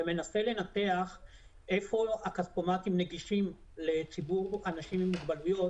ומנסה לנתח איפה יש כספומטים נגישים לציבור אנשים עם מוגבלויות